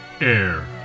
Air